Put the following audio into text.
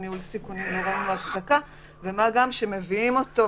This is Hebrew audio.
מה גם שאחרי שמביאים אותו,